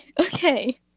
Okay